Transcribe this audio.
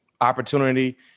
opportunity